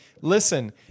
listen